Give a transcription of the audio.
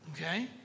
Okay